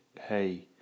hey